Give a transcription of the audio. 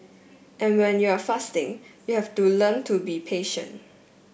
and when you are fasting you have to learn to be patient